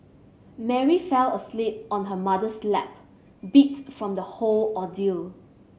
Mary fell asleep on her mother's lap beat from the whole ordeal